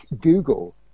Google